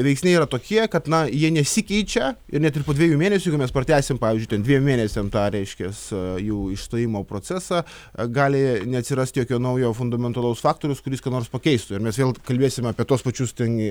veiksniai yra tokie kad na jie nesikeičia ir net ir po dviejų mėnesių jeigu mes pratęsim pavyzdžiui ten dviem mėnesiam tą reiškias jų išstojimo procesą gali neatsirast jokio naujo fundamentalaus faktoriaus kuris ką nors pakeistų ir mes vėl kalbėsim apie tuos pačius ten